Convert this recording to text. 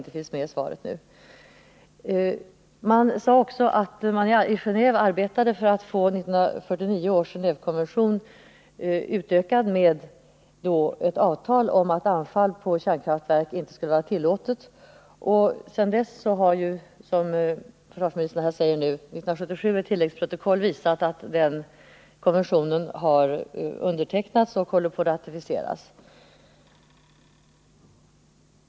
I det tidigare interpellationssvaret sades också att man i Genéve arbetade för att få 1949 års Genévekonvention utökad med ett avtal om att anfall på kärnkraftverk inte skulle vara tillåtet. Sedan dess har ju, som försvarsministern nu påpekat, 1977 ett tilläggsprotokoll visat att den konventionen har undertecknats och håller på att ratificeras.